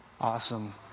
awesome